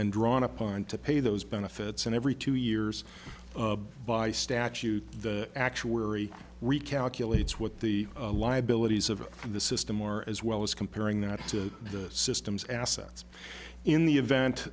then drawn upon to pay those benefits and every two years by statute the actuary recalculates what the liabilities of the system are as well as comparing that to the system's assets in the event